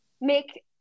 make